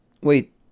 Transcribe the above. wait